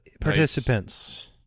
participants